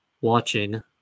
watching